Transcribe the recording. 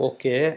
Okay